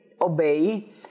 obey